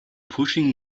pushing